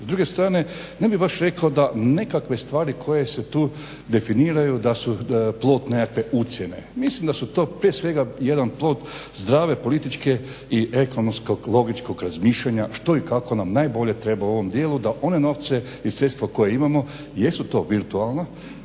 S druge strane, ne bih baš rekao da nekakve stvari koje se tu definiraju da su plod nekakve ucjene. Mislim da su to prije svega jedan plod zdrave političke i ekonomskog logičkog razmišljanja što i kako nam najbolje treba u ovom dijelu da one novce i sredstva koja imamo jesu to virtualno